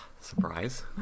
surprise